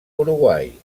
uruguai